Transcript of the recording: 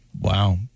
Wow